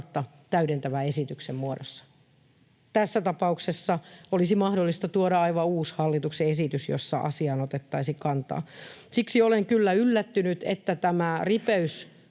täydentävän esityksen muodossa. Tässä tapauksessa olisi mahdollista tuoda aivan uusi hallituksen esitys, jossa asiaan otettaisiin kantaa. Siksi olen kyllä yllättynyt, että tämä ripeys